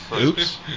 Oops